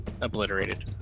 obliterated